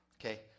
Okay